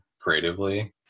creatively